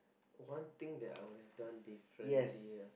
one thing that I will have done differently ah